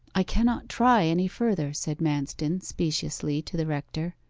i cannot try any further said manston speciously to the rector,